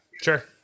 Sure